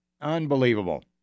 Unbelievable